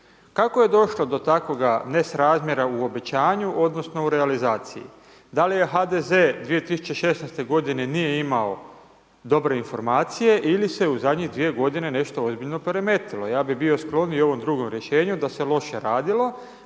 Kako je došlo do takvoga ne srazmjera u obećanju odnosno u realizaciji? Da li je HDZ 2016. godine nije imao dobre informacije ili se u zadnje 2 godine nešto ozbiljno poremetilo? Ja bi bio skloniji ovom drugom rješenju da se loše radilo